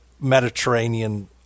Mediterranean